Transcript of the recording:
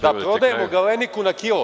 Da prodajemo „Galeniku“ na kilo.